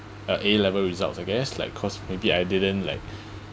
uh a level results I guess like cause maybe I didn't like